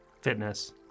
fitness